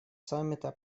саммита